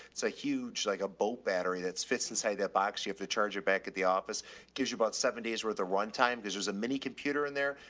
it's a huge like a boat battery that's fits inside that box. you have to charge it back at the office. it gives you about seven days where the run time, cause there's a mini computer in there,